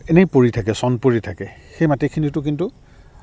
এনেই পৰি থাকে চন পৰি থাকে সেই মাটিখিনিটো কিন্তু